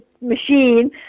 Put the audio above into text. machine